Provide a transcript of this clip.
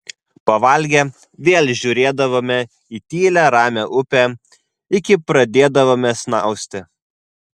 pavalgę vėl žiūrėdavome į tylią ramią upę iki pradėdavome snausti